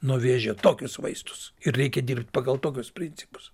nuo vėžio tokius vaistus ir reikia dirbt pagal tokius principus